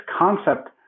concept